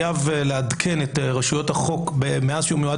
חייב לעדכן את רשויות החוק מאז שהוא מיועד